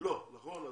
לא, נכון?